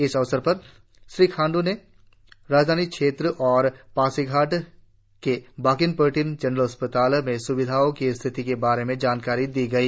इस अवसर पर श्री खांड्र को राजधानी क्षेत्र और पासीघाट के बाकिन पर्टिन जनरल अस्पताल में स्विधाओं की स्थिति के बारे में जानकारी दी गई